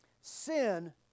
Sin